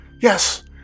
Yes